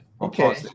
Okay